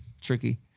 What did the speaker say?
tricky